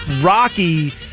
rocky